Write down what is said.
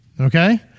Okay